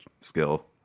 skill